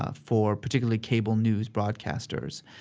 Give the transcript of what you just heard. ah for particularly cable news broadcasters.